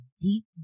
deep